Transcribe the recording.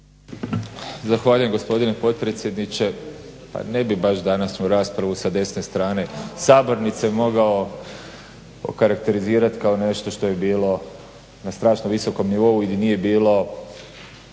Zahvaljujem gospodine potpredsjedniče. Pa ne bih baš današnju raspravu sa desne strane sabornice mogao okarakterizirati kao nešto što je bilo na strašno visokom nivou i gdje nije